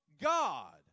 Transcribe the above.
God